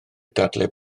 dadlau